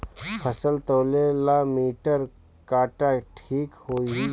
फसल तौले ला मिटर काटा ठिक होही?